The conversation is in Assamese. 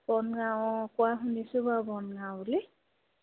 বনগাঁও অঁ কোৱা শুনিছোঁ বাৰু বনগাঁও বুলি